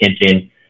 attention